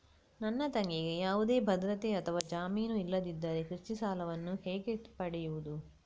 ನನ್ನ ತಂಗಿಗೆ ಯಾವುದೇ ಭದ್ರತೆ ಅಥವಾ ಜಾಮೀನು ಇಲ್ಲದಿದ್ದರೆ ಕೃಷಿ ಸಾಲವನ್ನು ಹೇಗೆ ಪಡೆಯುದು?